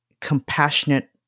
compassionate